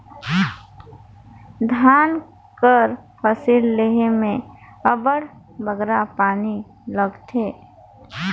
धान कर फसिल लेहे में अब्बड़ बगरा पानी लागथे